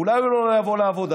אולי הוא לא יבוא לעבודה?